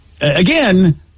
Again